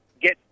get